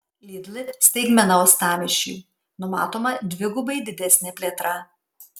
lidl staigmena uostamiesčiui numatoma dvigubai didesnė plėtra